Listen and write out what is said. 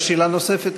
יש שאלה נוספת?